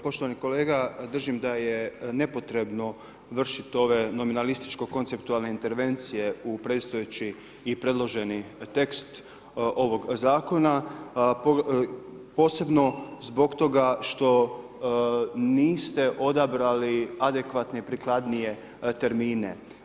Poštovani kolega držim da je nepotrebno vršit ove nominalističko-konceptualne intervencije u predstojeći i predloženi tekst ovog zakona posebno zbog toga što niste odabrali adekvatne i prikladnije termine.